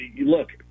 look